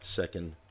second